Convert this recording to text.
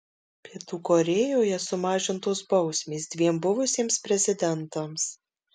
pietų korėjoje sumažintos bausmės dviem buvusiems prezidentams